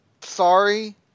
Sorry